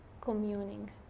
communing